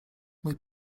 mój